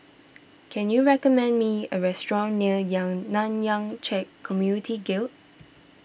can you recommend me a restaurant near Yang Nanyang Khek Community Guild